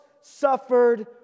suffered